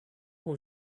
who